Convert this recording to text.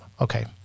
Okay